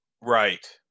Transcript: right